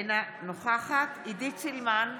אינה נוכחת עידית סילמן,